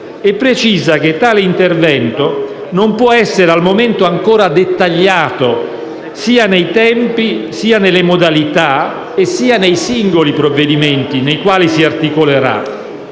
e precisa che esso non può essere al momento ancora dettagliato sia nei tempi, sia nelle modalità, sia nei singoli provvedimenti nei quali si articolerà.